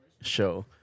show